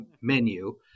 menu